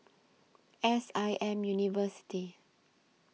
S I M University